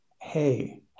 Hey